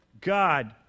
god